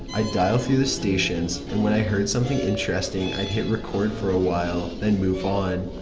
i'd dial through the stations, and when i heard something interesting i'd hit record for a while, then move on.